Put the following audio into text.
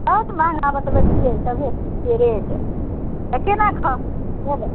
बहुत महँगा बतबैत छियै सभे चीजके रेट तऽ केना खाउ बोलो